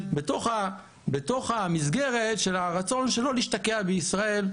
בתוך המסגרת של הרצון שלו להשתקע בישראל,